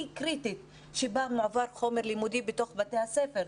קריטית בה מועבר חומר לימודי בבתי הספר.